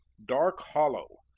dark hollow,